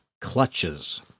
clutches